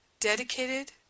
dedicated